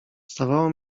zdawało